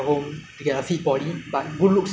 so it's like good looks is something that is